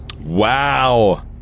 wow